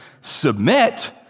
submit